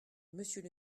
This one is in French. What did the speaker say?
monsieur